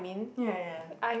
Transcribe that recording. ya ya